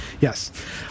Yes